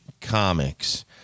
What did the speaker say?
Comics